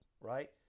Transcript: right